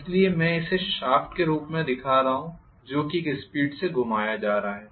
इसलिए मैं इसे शाफ्ट के रूप में दिखा रहा हूं जो कि एक स्पीड से घुमाया जा रहा है